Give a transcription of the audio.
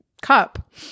cup